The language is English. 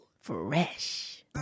Fresh